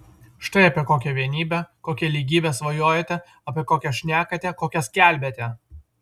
štai apie kokią vienybę kokią lygybę svajojate apie kokią šnekate kokią skelbiate